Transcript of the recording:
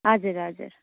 हजुर हजुर